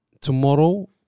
Tomorrow